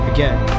Again